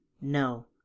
No